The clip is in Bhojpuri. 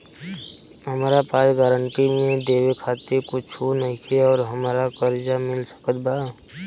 हमरा पास गारंटी मे देवे खातिर कुछूओ नईखे और हमरा कर्जा मिल सकत बा?